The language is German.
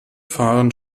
fahren